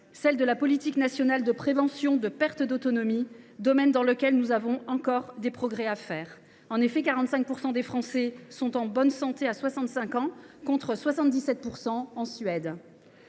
celle de la politique nationale de prévention de la perte d’autonomie, domaine dans lequel nous avons des progrès à faire. En effet, 45 % des plus de 65 ans sont en bonne santé en France, contre 77 % en Suède.